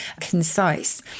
concise